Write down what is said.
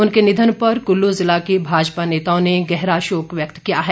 उनके निधन पर कुल्लू जिला के भाजपा नेताओं ने गहरा शोक व्यक्त किया है